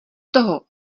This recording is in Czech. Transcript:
toho